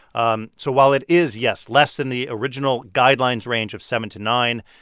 um so while it is, yes, less than the original guidelines range of seven to nine,